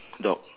dog